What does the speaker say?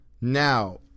Now